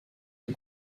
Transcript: une